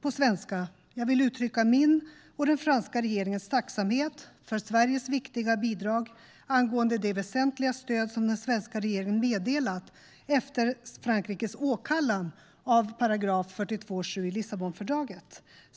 På svenska: Jag vill uttrycka min och den franska regeringens tacksamhet för Sveriges viktiga bidrag angående det väsentliga stöd som den svenska regeringen meddelat efter Frankrikes åkallan av artikel 42.7 i Lissabonfördraget.